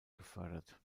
gefördert